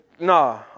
Nah